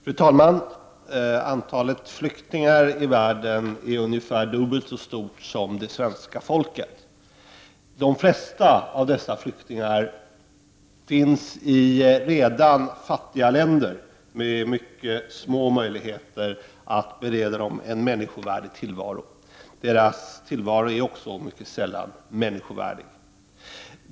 Fru talman! Antalet flyktingar i världen är ungefär dubbelt så stort som antalet svenskar. De flesta av dessa flyktingar finns i redan fattiga länder med mycket små möjligheter att bereda flyktingarna en människovärdig tillvaro. Dessa flyktingars tillvaro är också mycket sällan människovärdig.